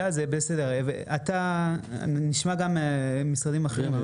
אנחנו נשמע גם את המשרדים האחרים,